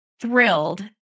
thrilled